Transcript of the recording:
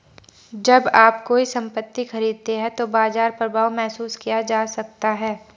जब आप कोई संपत्ति खरीदते हैं तो बाजार प्रभाव महसूस किया जा सकता है